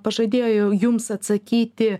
pažadėjo jums atsakyti